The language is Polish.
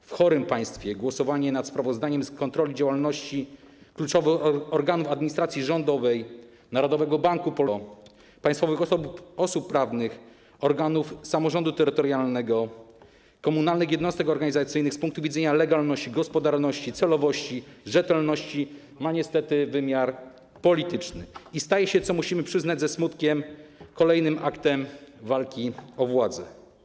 W chorym państwie głosowanie nad sprawozdaniem z kontroli działalności kluczowych organów administracji rządowej, Narodowego Banku Polskiego, państwowych osób prawnych, organów samorządu terytorialnego, komunalnych jednostek organizacyjnych z punktu widzenia legalności, gospodarności, celowości, rzetelności ma niestety wymiar polityczny i staje się, co musimy przyznać ze smutkiem, kolejnym aktem walki o władzę.